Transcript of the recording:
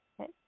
Okay